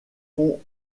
vont